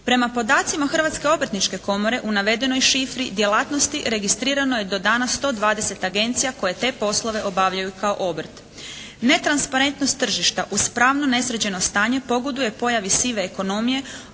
Prema podacima Hrvatske obrtničke komore u navedenoj šifri djelatnosti registrirano je do danas 120 agencija koje te poslove obavljaju kao obrt. Netransparentnost tržišta uz pravno nesređeno stanje pogoduje pojavi sive ekonomije